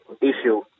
issue